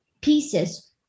pieces